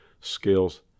skills